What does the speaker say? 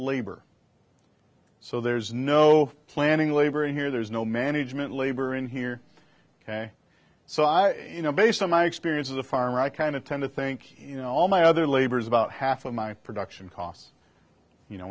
labor so there's no planning labor here there's no management labor in here ok so i you know based on my experience as a farmer i kind of tend to think you know all my other labors about half of my production costs you know